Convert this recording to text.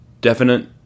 definite